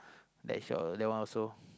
that is your that one also